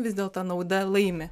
vis dėl to nauda laimi